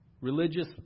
Religious